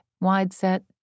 wide-set